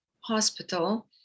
hospital